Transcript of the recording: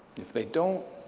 if they don't,